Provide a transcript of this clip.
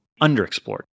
underexplored